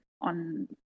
on